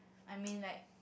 I mean like